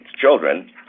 children